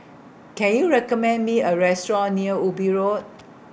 Can YOU recommend Me A Restaurant near Obi Road